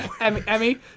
Emmy